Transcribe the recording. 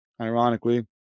ironically